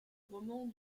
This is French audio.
roman